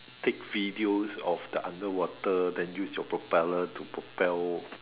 take videos of the underwater then use your propellers to propel